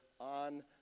on